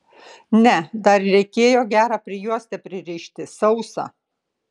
ne dar reikėjo gerą prijuostę pririšti sausą